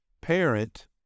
Parent